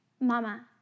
Mama